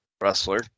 wrestler